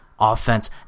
offense